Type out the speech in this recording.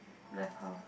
left half